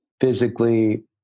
physically